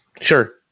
Sure